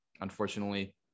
unfortunately